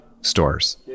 stores